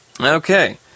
Okay